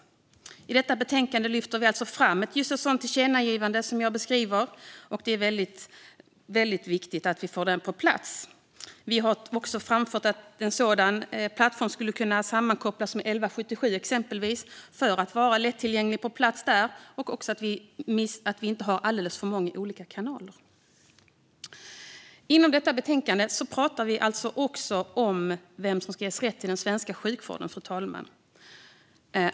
I detta betänkande lyfter vi fram ett sådant tillkännagivande, och det är viktigt att få det på plats. Vi har också framfört att en sådan plattform kan sammankopplas med exempelvis 1177 för att vara lättillgänglig. På så sätt blir det inte alldeles för många olika kanaler. Fru talman! I betänkandet tas också frågan om vem som ska ges rätt till svensk sjukvård upp.